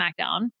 SmackDown